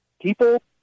people